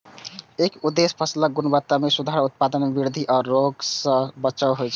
एकर उद्देश्य फसलक गुणवत्ता मे सुधार, उत्पादन मे वृद्धि आ रोग सं बचाव होइ छै